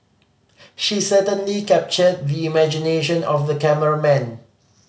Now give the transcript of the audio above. she certainly captured the imagination of the cameraman